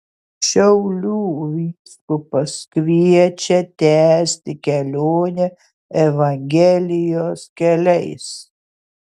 šiaulių vyskupas kviečia tęsti kelionę evangelijos keliais